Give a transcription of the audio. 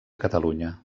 catalunya